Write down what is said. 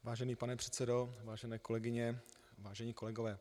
Vážený pane předsedo, vážené kolegyně, vážení kolegové.